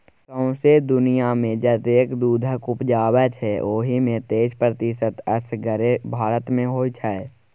सौंसे दुनियाँमे जतेक दुधक उपजै छै ओहि मे तैइस प्रतिशत असगरे भारत मे होइ छै